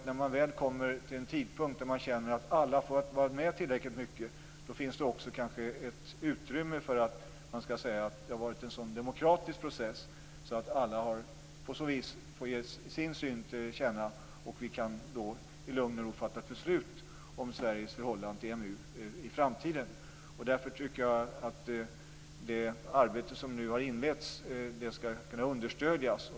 När man kommer till en tidpunkt då man känner att alla har fått vara med tillräckligt mycket, finns det utrymme för att säga att det varit en sådan demokratisk process att alla fått ge sin syn till känna. Då kan vi i lugn och ro fatta ett beslut om Det arbete som nu har inletts skall understödjas.